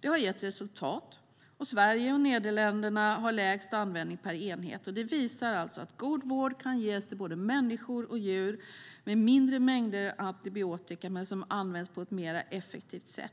Det har gett resultat, och Sverige och Nederländerna har lägst användning per enhet. Det visar alltså att god vård kan ges till både människor och djur med mindre mängder antibiotika använt på ett mer effektivt sätt.